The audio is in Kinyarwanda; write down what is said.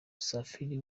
musafili